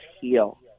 heal